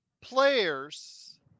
players